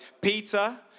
Peter